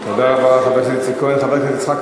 תודה רבה, חבר הכנסת איציק כהן.